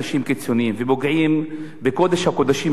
ופוגעים בקודש הקודשים של העדה הדרוזית,